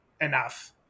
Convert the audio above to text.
enough